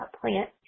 plant